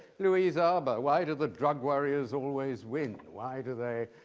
louise arbour, why do the drug warriors always win? why do they